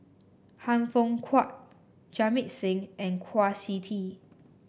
Han Fook Kwang Jamit Singh and Kwa Siew Tee